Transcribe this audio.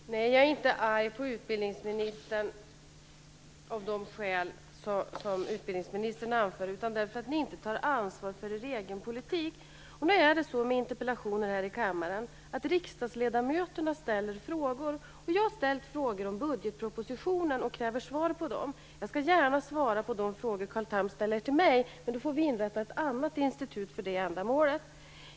Fru talman! Nej, jag är inte arg på utbildningsministern av de skäl han anför utan därför att ni inte tar ansvar för er egen politik. Sedan är det så med interpellationer här i kammaren att riksdagsledamöterna ställer frågor. Jag har ställt frågor om budgetpropositionen och kräver svar på dem. Jag skall gärna svara på de frågor Carl Tham ställer till mig, men då får vi inrätta ett annat institut för det ändamålet.